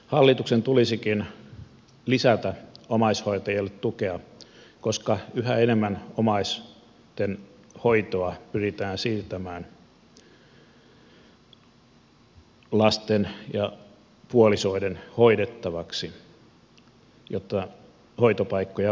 hallituksen tulisikin lisätä omaishoitajille tukea koska yhä enemmän omaisten hoitoa pyritään siirtämään lasten ja puolisoiden hoidettavaksi jotta hoitopaikkoja vapautuu